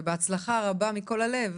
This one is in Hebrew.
ובהצלחה רבה מכל הלב.